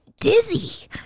dizzy